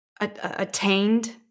attained